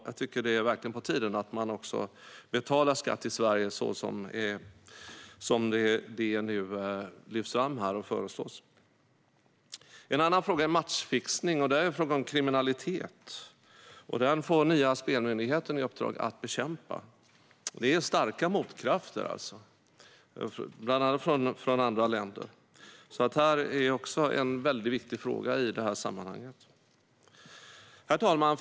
Jag tycker verkligen att det är på tiden att man betalar skatt i Sverige så som det nu lyfts fram och föreslås. En annan fråga gäller matchfixning. Det är en fråga om kriminalitet. Det får den nya spelmyndigheten i uppdrag att bekämpa. Det är starka motkrafter, bland annat från andra länder. Detta är alltså också en väldigt viktig fråga i det här sammanhanget. Herr talman!